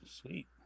sweet